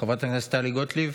חברת הכנסת טלי גוטליב.